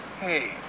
Hey